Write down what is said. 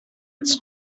its